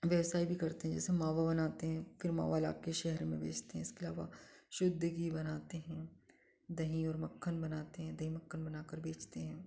व्यवसाय भी करते हैं जैसे मावा बनाते हैं फ़िर मावा लाकर शहरों में बेचते हैं इसके अलावा शुद्ध घी बनाते हैं दही और मक्खन बनाते हैं दही और मक्खन बना कर बेचते हैं